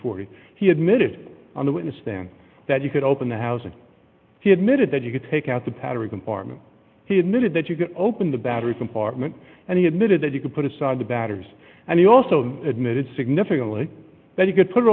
dollars he admitted on the witness stand that you could open the house if he admitted that you could take out the pattern compartment he admitted that you could open the battery compartment and he admitted that you could put aside the batter's and he also admitted significantly that you could put it